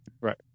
Right